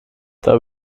the